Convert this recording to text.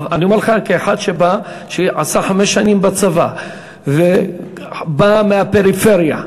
אני אומר לך כאחד שעשה חמש שנים בצבא ובא מהפריפריה.